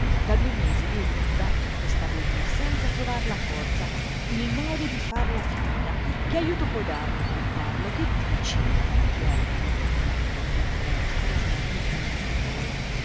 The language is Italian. da due mesi vedi mi dibatto in quest'agonia senza trovar la forza il modo di farla finita che ajuto puoi darmi tu carlo che dici che ajuto ripeté il d'andrea ancora smarrito nello stupore